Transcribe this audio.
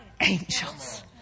angels